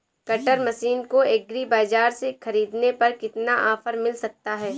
Cutter machine को agri बाजार से ख़रीदने पर कितना ऑफर मिल सकता है?